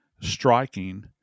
striking